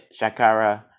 Shakara